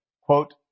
quote